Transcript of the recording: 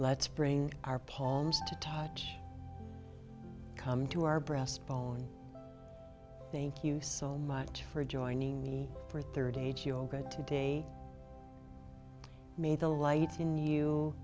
let's bring our palms to touch come to our breastbone thank you so much for joining me for third age yoga today may the light in you